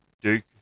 Duke